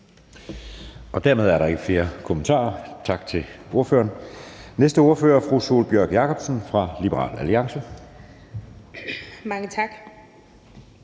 Dermed er der ikke flere korte bemærkninger. Tak til ordføreren. Næste ordfører er fru Sólbjørg Jakobsen fra Liberal Alliance. Kl.